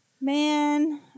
Man